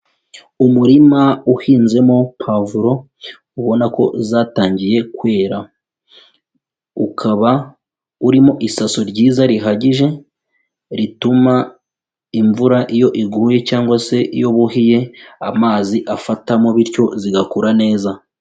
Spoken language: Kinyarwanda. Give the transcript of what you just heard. Umurima uhinzemo pavuro, ubona ko zatangiye kwera. Ukaba urimo isaso ryiza, rihagije, rituma imvura iyo iguye cyangwa se iyo buhiye amazi afatamo bityo zigakura neza.